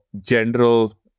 general